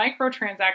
microtransactions